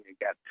again